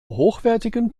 hochwertigen